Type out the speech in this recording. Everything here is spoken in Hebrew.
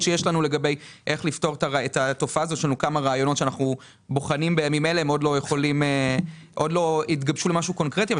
רעיונות שאנחנו בוחנים בימים אלה ועוד לא התגבשו למשהו קונקרטי.